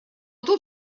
тут